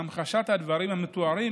להמחשת הדברים המתוארים